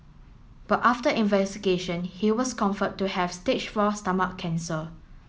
but after investigation he was confirmed to have stage four stomach cancer